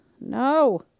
No